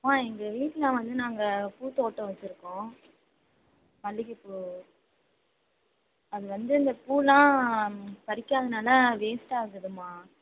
ஆ எங்கள் வீட்டில் வந்து நாங்கள் பூத்தோட்டம் வச்சுருக்கோம் மல்லிகை பூ அது வந்து இந்த பூலாம் பறிக்காததுனால் வேஸ்ட் ஆகுதுமா